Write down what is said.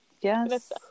Yes